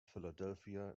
philadelphia